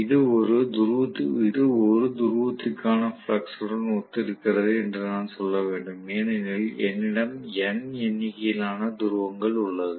இது ஒரு துருவத்திற்கான ஃப்ளக்ஸ் உடன் ஒத்திருக்கிறது என்று நான் சொல்ல வேண்டும் ஏனெனில் என்னிடம் N எண்ணிக்கையிலான துருவங்கள் உள்ளது